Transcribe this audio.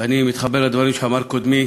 ואני מתחבר לדברים שאמר קודמי,